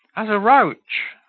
as a roach,